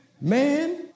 Man